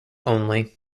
only